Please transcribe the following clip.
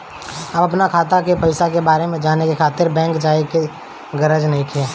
अब अपना खाता के पईसा के बारे में जाने खातिर बैंक जाए के गरज नइखे